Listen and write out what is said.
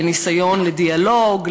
בניסיון לדיאלוג,